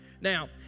Now